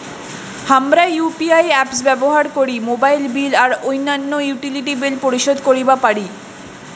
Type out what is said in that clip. হামরা UPI apps ব্যবহার করি মোবাইল বিল আর অইন্যান্য ইউটিলিটি বিল পরিশোধ করিবা পারি